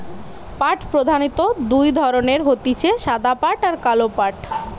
পাট প্রধানত দুই ধরণের হতিছে সাদা পাট আর কালো পাট